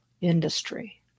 industry